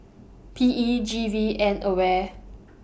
P E G V and AWARE